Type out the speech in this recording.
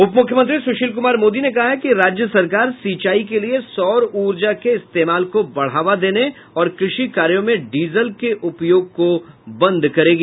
उप मुख्यमंत्री सुशील कुमार मोदी ने कहा है कि राज्य सरकार सिंचाई के लिए सौर ऊर्जा के इस्तेमाल को बढ़ावा देने और क़षि कार्यों में डीजल के उपयोग को बंद करेगी